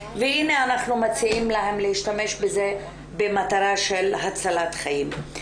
והנה אנחנו מציעים להם להשתמש בזה במטרה של הצלת חיים.